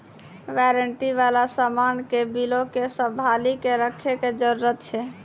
warranty बाला समान के बिलो के संभाली के रखै के जरूरत छै